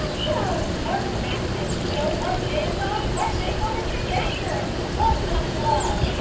but show part matchmaking show, part dance-off, part makeover spectacular. what's not to love?